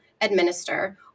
administer